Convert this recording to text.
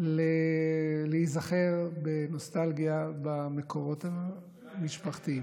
להיזכר בנוסטלגיה במקורות המשפחתיים.